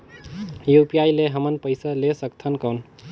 UPI ले हमन पइसा ले सकथन कौन?